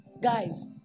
guys